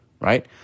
Right